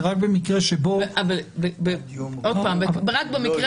זה רק במקרה שבו --- רק במקרה,